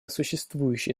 существующие